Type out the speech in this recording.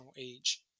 age